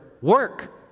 work